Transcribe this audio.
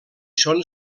són